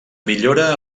millora